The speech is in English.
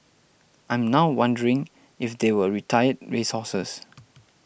I'm now wondering if they were retired race horses